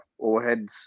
overheads